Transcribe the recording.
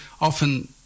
often